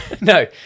No